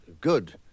good